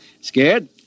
Scared